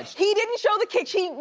he didn't show the kitchen.